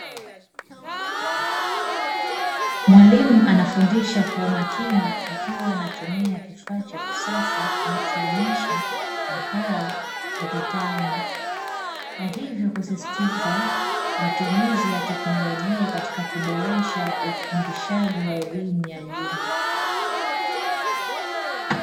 Mwalimu anafundisha kwa umakini akiwa anatumia kifaa cha kisasa, kinacho onesha nakala ukutani na hivyo husisitiza matumizi ya teknolojia katika kuboresha ufundishaji wa elimu ya juu.